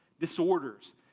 disorders